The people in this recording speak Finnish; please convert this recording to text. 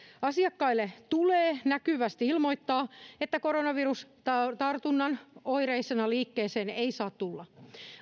asiakkaille tulee näkyvästi ilmoittaa että koronavirustartunnan oireisena liikkeeseen ei saa tulla